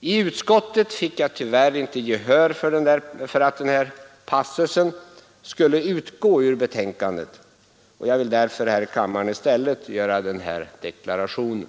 I utskottet fick jag tyvärr inte gehör för att denna passus skulle utgå ur betänkandet, och jag vill därför nu i kammaren i stället göra den här deklarationen.